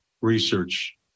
research